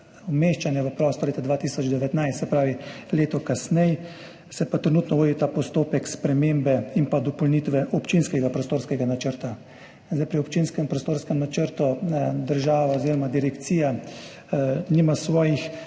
umeščanja v prostor leta 2019, se pravi leto kasneje, se pa trenutno vodita postopek spremembe in dopolnitve občinskega prostorskega načrta. Pri občinskem prostorskem načrtu država oziroma Direkcija nima svojih